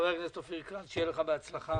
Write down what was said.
חבר הכנסת אופיר כץ, שיהיה לך בהצלחה.